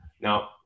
now